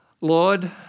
Lord